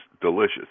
delicious